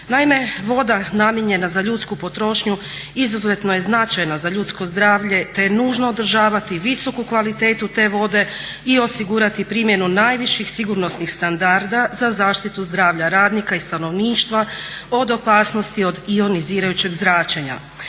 Naime, voda namijenjena za ljudsku potrošnju izuzetno je značajna za ljudsko zdravlje, te je nužno održavati visoku kvalitetu te vode i osigurati primjenu najviših sigurnosnih standarda za zaštitu zdravlja radnika i stanovništva od opasnosti od ionizirajućeg zračenja.